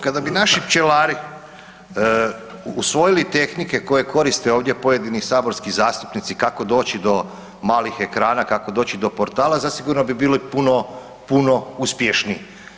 Kada bi naši pčelari usvojili tehnike koje koriste ovdje pojedini saborski zastupnici kako doći do malih ekrana, kako doći do portala, zasigurno bi bilo puno, puno uspješniji.